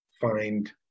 find